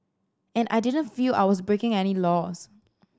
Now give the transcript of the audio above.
and I didn't feel I was breaking any laws